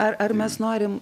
ar ar mes norim